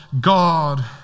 God